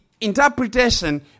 interpretation